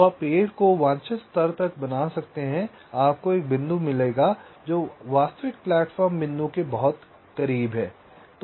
तो आप पेड़ को वांछित स्तर तक बना सकते हैं आपको एक बिंदु मिलेगा जो वास्तविक प्लेटफ़ॉर्म बिंदु के बहुत करीब है